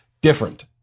Different